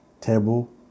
table